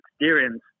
experience